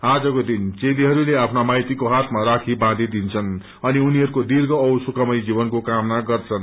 आजको दिन चेलीहरूले आफ्ना माइतीको हातमा राखे बाँधिदिन्छन् अनि उनीहरूको दीर्घ औ सुखमय जीवनको कामना गर्छन